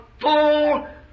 full